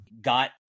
got